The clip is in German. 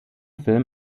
film